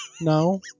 No